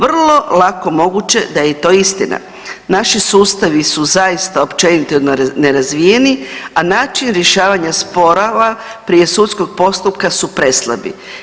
Vrlo lako moguće da je i to istina, naši sustavi su zaista općenito nerazvijeni, a način rješavanja sporova prije sudskog postupka su preslabi.